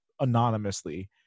anonymously